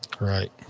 Right